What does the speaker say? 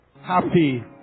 happy